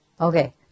Okay